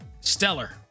stellar